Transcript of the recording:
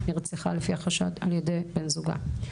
נרצחה על פי החשד על ידי בן זוגה.